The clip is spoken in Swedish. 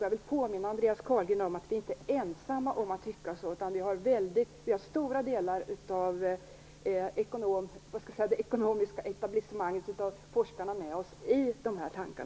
Jag vill påminna Andreas Carlgren om att vi inte är ensamma om att tycka så. Vi har stora delar av det ekonomiska etablissemanget och forskarna med oss i dessa tankar.